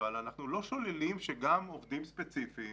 אנחנו לא שוללים שגם עובדים ספציפיים